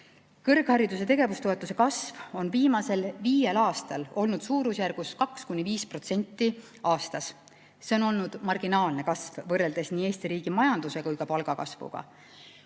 Kõrghariduse tegevustoetuse kasv on viimasel viiel aastal olnud suurusjärgus 2–5% aastas. See on olnud marginaalne kasv võrreldes nii Eesti riigi majanduse kui ka palgakasvuga.